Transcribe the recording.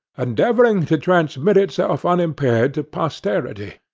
endeavoring to transmit itself unimpaired to posterity,